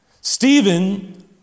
Stephen